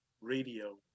radio